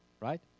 right